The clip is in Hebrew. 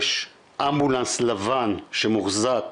יש אמבולנס לבן, שמוחזק